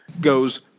goes